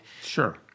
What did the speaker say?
Sure